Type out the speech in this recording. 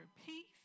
peace